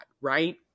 Right